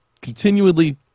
continually